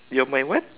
you are my what